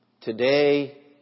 Today